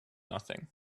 nothing